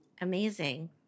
Amazing